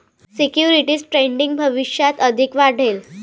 securities trading भविष्यात अधिक वाढेल